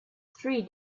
three